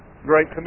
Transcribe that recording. Great